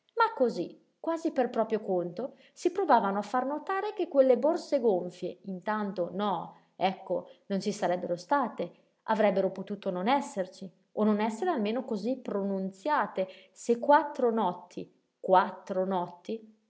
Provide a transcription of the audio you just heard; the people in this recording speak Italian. ma cosí quasi per proprio conto si provavano a far notare che quelle borse gonfie intanto no ecco non ci sarebbero state avrebbero potuto non esserci o non essere almeno cosí pronunziate se quattro notti quattro notti